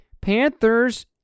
Panthers